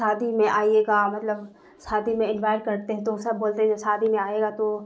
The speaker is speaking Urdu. شادی میں آئیے گا مطلب شادی میں انوائٹ کرتے ہیں تو سب بولتے ہیں کہ شادی میں آئیے گا تو